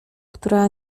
która